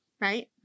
right